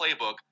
playbook